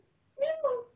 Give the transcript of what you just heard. memang